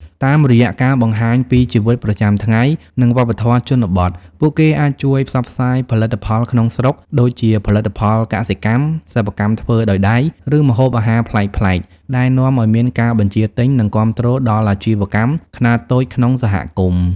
តាមរយៈការបង្ហាញពីជីវិតប្រចាំថ្ងៃ និងវប្បធម៌ជនបទ ពួកគេអាចជួយផ្សព្វផ្សាយផលិតផលក្នុងស្រុក ដូចជាផលិតផលកសិកម្ម សិប្បកម្មធ្វើដោយដៃ ឬម្ហូបអាហារប្លែកៗ ដែលនាំឲ្យមានការបញ្ជាទិញ និងគាំទ្រដល់អាជីវកម្មខ្នាតតូចក្នុងសហគមន៍។